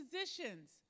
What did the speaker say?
positions